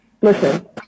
Listen